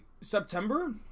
September